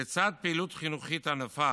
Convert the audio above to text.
לצד פעילות חינוכית ענפה